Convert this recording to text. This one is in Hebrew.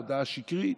הודעה שקרית.